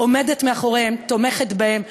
עומדת מאחוריהם, תומכת בהם.